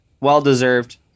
well-deserved